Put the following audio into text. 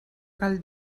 cal